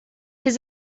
his